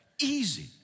Easy